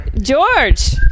George